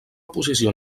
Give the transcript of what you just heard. posició